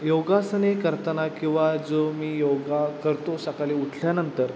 योगासने करताना किंवा जो मी योगा करतो सकाळी उठल्यानंतर